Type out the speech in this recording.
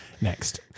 Next